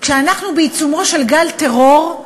כשאנחנו בעיצומו של גל טרור,